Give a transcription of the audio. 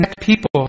People